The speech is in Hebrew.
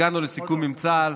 הגענו לסיכום עם צה"ל,